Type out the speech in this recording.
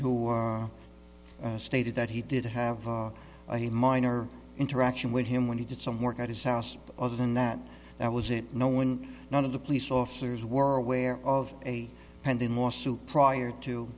who stated that he did have a minor interaction with him when he did some work at his house other than that that was it no one none of the police officers were aware of a pending lawsuit prior to